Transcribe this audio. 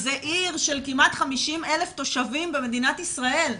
זה עיר של כמעט 50,000 תושבים במדינת ישראל.